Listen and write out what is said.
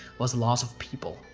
was the loss of people.